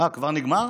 כבר נגמר?